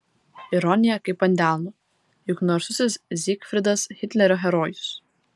ironija kaip ant delno juk narsusis zygfridas hitlerio herojus